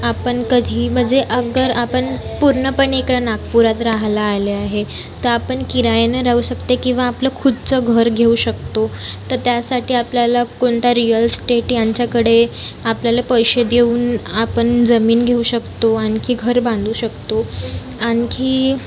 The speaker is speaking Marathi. आपण कधी म्हणजे अगर आपण पूर्णपणे इकडे नागपुरात राहायला आले आहे तर आपण किरायाने राहू शकता किंवा आपलं खुदचं घर घेऊ शकतो तर त्यासाठी आपल्याला कोणता रिअल इस्टेट यांच्याकडे आपल्याला पैसे देऊन आपण जमीन घेऊ शकतो आणखी घर बांधू शकतो आणखी